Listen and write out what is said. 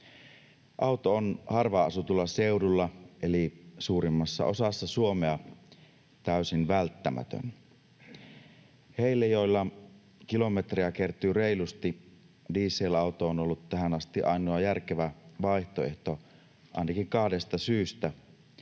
Auto on harvaan asutulla seudulla eli suurimmassa osassa Suomea täysin välttämätön. Heille, joilla kilometrejä kertyy reilusti, dieselauto on ollut tähän asti ainoa järkevä vaihtoehto ainakin kahdesta syystä: